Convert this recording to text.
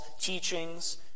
teachings